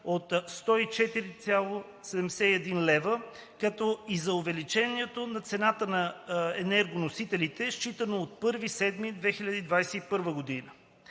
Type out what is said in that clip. от 104,71 лв., както и за увеличението на цената на енергоносителите, считано от 1 юли 2021 г.